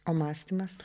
o mąstymas